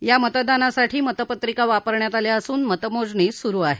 यामतदानासाठी मतपत्रिका वापरण्यात आल्या असून मतमोजणी चालू आहे